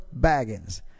Baggins